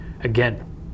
again